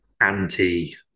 anti